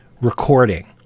recording